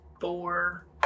four